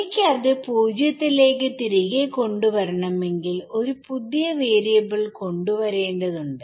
എനിക്ക് അത് 0 യിലേക്ക് തിരികെ കൊണ്ട് വരണമെങ്കിൽഒരു പുതിയ വാരിയബിൾ കൊണ്ട് വരേണ്ടതുണ്ട്